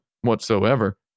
whatsoever